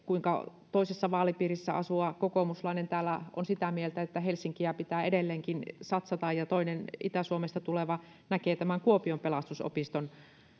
kuinka toisessa vaalipiirissä asuva kokoomuslainen täällä on sitä mieltä että helsinkiin pitää edelleenkin satsata ja toinen itä suomesta tuleva näkee tämän kuopion pelastusopiston